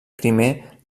primer